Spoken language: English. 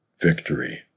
victory